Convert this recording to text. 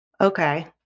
Okay